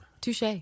Touche